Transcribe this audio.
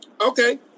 Okay